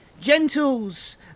gentles